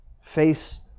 face